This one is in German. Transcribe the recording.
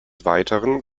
weiteren